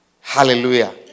Hallelujah